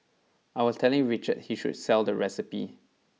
I was telling Richard he should sell the recipe